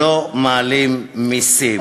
לא מעלים מסים.